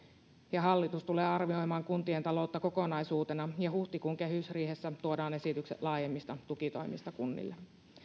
ja hallitus tulee arvioimaan kuntien taloutta kokonaisuutena ja huhtikuun kehysriihessä tuodaan esitykset laajemmista tukitoimista kunnille